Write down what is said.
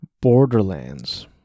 Borderlands